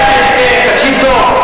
היה הסכם, תקשיב טוב.